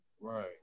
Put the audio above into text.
Right